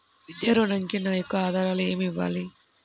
విద్యా ఋణంకి నా యొక్క ఆధారాలు ఏమి కావాలి?